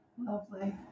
Lovely